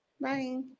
Bye